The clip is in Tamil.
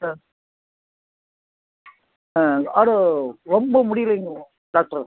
ஆ ஆ அது ரொம்ப முடியலைங்க டாக்டர்